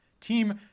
team